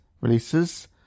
releases